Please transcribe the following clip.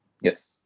Yes